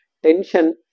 Tension